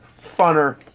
Funner